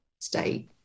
state